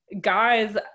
guys